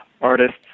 Artists